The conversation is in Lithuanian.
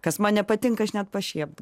kas man nepatinka aš net pašiept